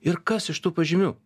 ir kas iš tų pažymių